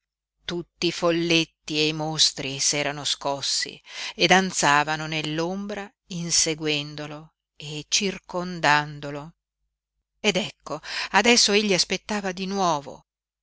tutti i folletti e i mostri s'erano scossi e danzavano nell'ombra inseguendolo e circondandolo ed ecco adesso egli aspettava di nuovo